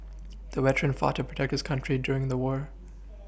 the veteran fought to protect his country during the war